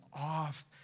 off